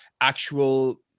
actual